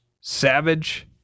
Savage